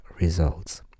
results